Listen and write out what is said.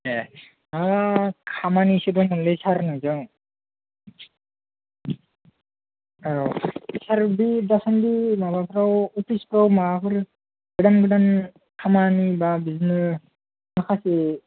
ए खामानिसो दंमोनलै सार नोंजों औ सार बे दासानदि माबाफ्राव अफिसफ्राव माबाफोर गोदान गोदान खामानि बा बिदिनो माखासे